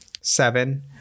Seven